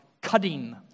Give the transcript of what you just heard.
cutting